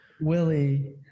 Willie